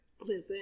Listen